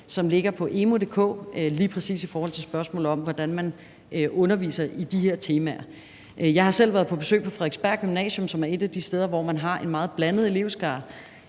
som ligger på emu.dk, lige præcis i forhold til spørgsmålet om, hvordan man underviser i de her temaer. Jeg har selv været på besøg på Frederiksberg Gymnasium, som er et af de steder, hvor man har en meget blandet elevskare,